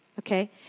Okay